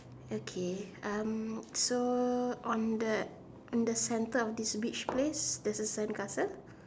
okay um so on the on the centre of this beach place there's a sandcastle